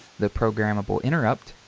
the programmable interrupt,